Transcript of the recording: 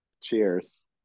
Cheers